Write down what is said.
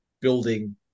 building